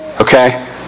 Okay